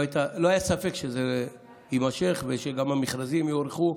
לא היה ספק שזה יימשך ושגם המכרזים יוארכו,